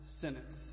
sentence